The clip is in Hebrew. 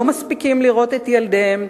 לא מספיקים לראות את ילדיהם,